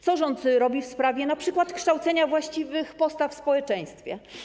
Co rząd robi w sprawie np. kształcenia właściwych postaw w społeczeństwie?